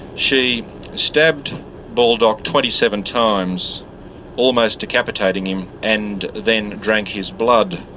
she stabbed baldock twenty seven times almost decapitating him and then drank his blood.